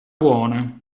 buona